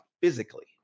physically